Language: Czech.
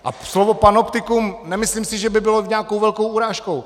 A slovo panoptikum, nemyslím si, že by bylo nějakou velkou urážkou.